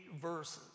verses